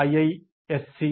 iisctagmail